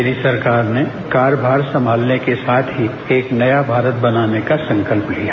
मेरी सरकार ने कार्यभार संभालने के साथ ही एक नया भारत बनाने का संकल्प लिया